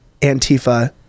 Antifa